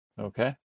Okay